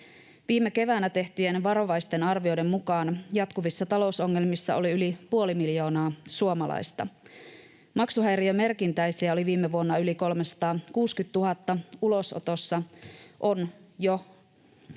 Viime keväänä tehtyjen varovaisten arvioiden mukaan jatkuvissa talousongelmissa oli yli puoli miljoonaa suomalaista. Maksuhäiriömerkintäisiä oli viime vuonna yli 360 000, ulosottoon ajautuu